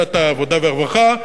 בוועדת העבודה והרווחה,